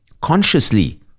consciously